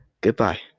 goodbye